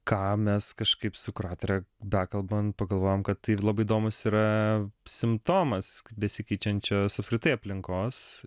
ką mes kažkaip su kuratore bekalbant pagalvojom kad tai labai įdomus yra simptomas besikeičiančios apskritai aplinkos